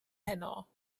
heno